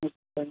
अच्छा